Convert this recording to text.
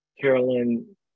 Carolyn